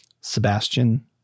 Sebastian